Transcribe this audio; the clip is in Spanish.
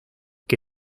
que